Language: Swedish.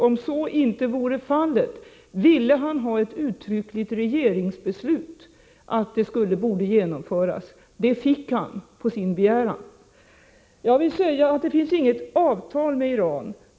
Om så inte vore fallet ville han ha ett uttryckligt regeringsbeslut på att det borde genomföras. Det fick han på sin begäran. Det finns inget avtal med Iran.